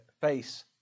face